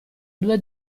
due